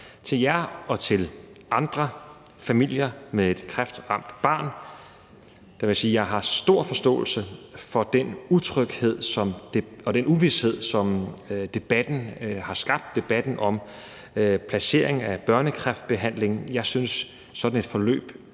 Til jer og til andre familier med et kræftramt barn vil jeg sige, at jeg har stor forståelse for den utryghed og uvished, som debatten om placeringen af børnekræftbehandlingen har skabt. Jeg synes, at sådan et forløb